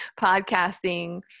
podcasting